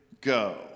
go